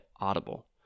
Audible